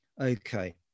Okay